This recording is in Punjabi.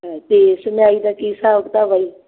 ਅਤੇ ਸਮਾਈ ਦਾ ਕੀ ਹਿਸਾਬ ਕਿਤਾਬ ਆ ਜੀ